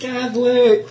Catholic